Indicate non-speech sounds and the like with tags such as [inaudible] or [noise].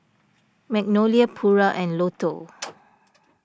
Magnolia Pura and Lotto [noise]